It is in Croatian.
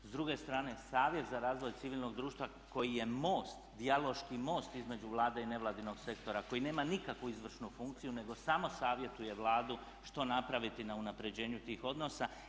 S druge strane savjet za razvoj civilnog društva koji je most, dijaloški most između Vlade i nevladinog sektora koji nema nikakvu izvršnu funkciju nego samo savjetuje Vladu što napraviti na unapređenju tih odnosa.